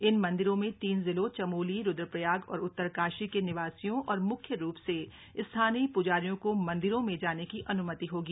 इन मंदिरों वाले तीन जिलों चमोली रुद्रप्रयाग और उत्तरकाशी के निवासियों और म्ख्य रूप से स्थानीय प्जारियों को मंदिरों में जाने की अनुमति होगी